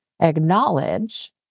acknowledge